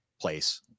place